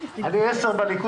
מתקיני בידוד,